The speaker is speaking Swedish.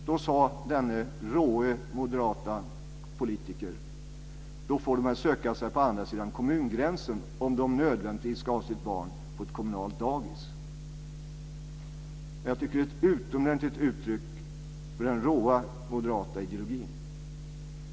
Då sade denne råe moderata politiker: Då får de väl söka sig på andra sidan kommungränsen, om de nödvändigtvis ska ha sitt barn på ett kommunalt dagis. Jag tycker att det är ett utomordentligt uttryck för den råa moderata ideologin.